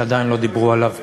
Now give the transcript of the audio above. שעדיין לא דיברו עליו פה.